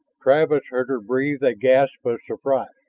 travis heard her breathe a gasp of surprise.